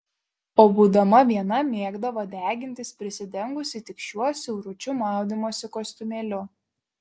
o būdama viena mėgdavo degintis prisidengusi tik šiuo siauručiu maudymosi kostiumėliu